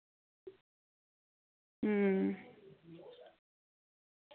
अं